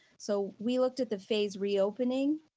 so we looked at the phase reopening.